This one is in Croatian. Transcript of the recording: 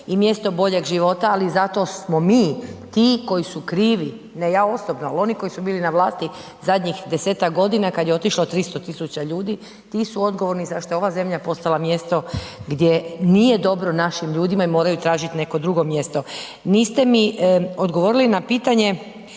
i mjesto boljeg života, ali zato smo mi ti koji su krivi, ne ja osobno, al oni koji su bili na vlasti zadnjih 10-tak godina kad je otišlo 300 000 ljudi, ti su odgovorni zašto je ova zemlja postala mjesto gdje nije dobro našim ljudima i moraju tražit neko drugo mjesto. Niste mi odgovorili na pitanje